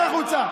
צא החוצה.